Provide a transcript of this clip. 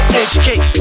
educate